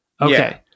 Okay